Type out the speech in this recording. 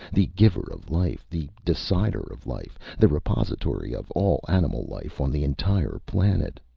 the giver of life, the decider of life, the repository of all animal life on the entire planet.